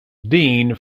deane